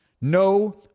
No